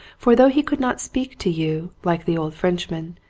for though he could not speak to you, like the old frenchman,